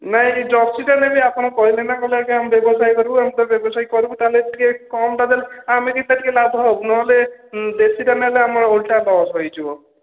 ନାଇ ନାଇ ଜର୍ସି ତ ନେଲି ଆପଣ କହିଲେନା କହିଲେ ଏକା ଆମେ ବ୍ୟବସାୟ କରିବୁ ଆମେ ତ ବ୍ୟବସାୟ କରିବୁ ତାହାଲେ ଟିକେ କମ୍ ଟା ଦେଲେ ଆମେ ବି ତ ଟିକେ ଲାଭ ହେବୁ ନହଲେ ଦେଶୀ ଟା ନେଲେ ଆମର ଓଲଟା ଲସ୍ ହୋଇଯିବ